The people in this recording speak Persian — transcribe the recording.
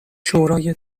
شورای